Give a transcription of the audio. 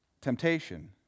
temptation